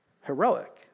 heroic